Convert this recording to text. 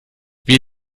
wir